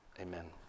Amen